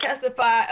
testify